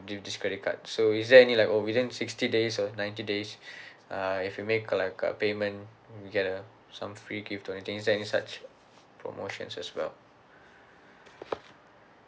due to this credit card so is there any like oh within sixty days or ninety days uh if you make like a payment we get a some free gift or anything is there any such promotions as well